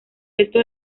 resto